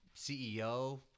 CEO